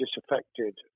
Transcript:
disaffected